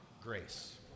grace